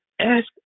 ask